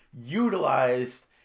utilized